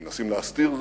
מנסים להסתיר זאת,